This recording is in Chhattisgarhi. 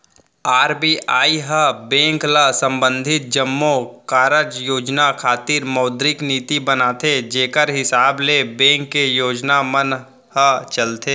आर.बी.आई ह बेंक ल संबंधित जम्मो कारज योजना खातिर मौद्रिक नीति बनाथे जेखर हिसाब ले बेंक के योजना मन ह चलथे